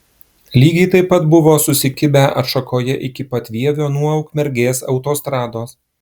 lygiai taip pat buvo susikibę atšakoje iki pat vievio nuo ukmergės autostrados